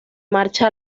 marcha